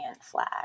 flag